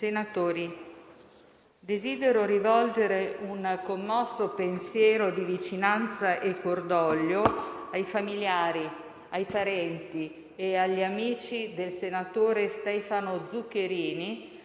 senatori, desidero rivolgere un commosso pensiero di vicinanza e cordoglio ai familiari, ai parenti e agli amici del senatore Stefano Zuccherini,